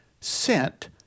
sent